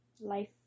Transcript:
life